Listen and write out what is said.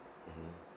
mmhmm